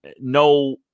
no